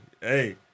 Hey